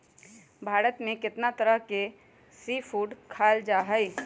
भारत में कितना तरह के सी फूड खाल जा हई